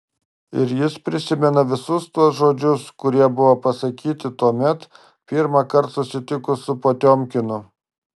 ir jis prisimena visus tuos žodžius kurie buvo pasakyti tuomet pirmąkart susitikus su potiomkinu